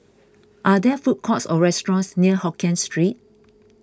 are there food courts or restaurants near Hokkien Street